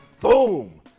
boom